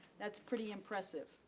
that's pretty impressive.